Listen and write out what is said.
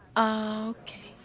ah, okay.